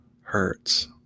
hurts